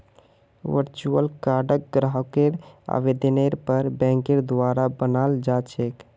virtual कार्डक ग्राहकेर आवेदनेर पर बैंकेर द्वारा बनाल जा छेक